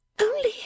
Only